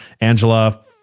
Angela